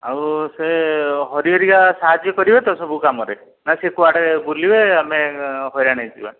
ଆଉ ସେ ହରି ହରିକା ସାହାଯ୍ୟ କରିବେ ତ ସବୁ କାମରେ ନା ସବୁ କୁଆଡ଼େ ବୁଲିବେ ଆମେ ହଇରାଣ ହୋଇଯିବା